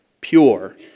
pure